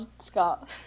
Scott